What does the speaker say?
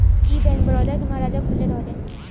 ई बैंक, बड़ौदा के महाराजा खोलले रहले